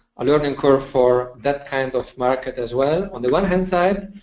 a learning curve for that kind of market as well. on the one hand side,